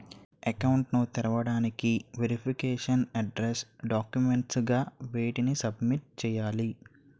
Account ను తెరవటానికి verification address documents గా వేటిని సబ్మిట్ చేయాలి?